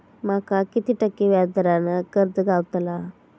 माका किती टक्के व्याज दरान कर्ज गावतला?